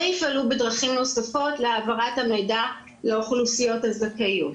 ויפעלו בדרכים נוספות להעברת המידע לאוכלוסיות הזכאיות.